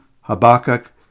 Habakkuk